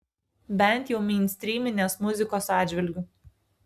bent jau meinstryminės muzikos atžvilgiu